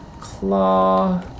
claw